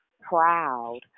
proud